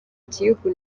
gihugu